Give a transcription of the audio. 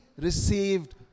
received